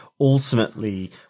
ultimately